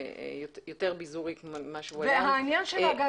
זה גם ההבדל בין מעבר למשק ביזורי ולא ריכוזי.